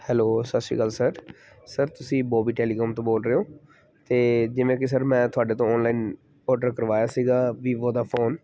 hello ਸਤਿ ਸ਼੍ਰੀ ਅਕਾਲ ਸਰ ਸਰ ਤੁਸੀਂ ਬੋਬੀ ਟੈਲੀਕੋਮ ਤੋਂ ਬੋਲ ਰਹੇ ਹੋ ਅਤੇ ਜਿਵੇਂ ਕਿ ਸਰ ਮੈਂ ਤੁਹਾਡੇ ਤੋਂ ਔਨਲਾਈਨ ਔਡਰ ਕਰਵਾਇਆ ਸੀਗਾ ਵੀਵੋ ਦਾ ਫੋਨ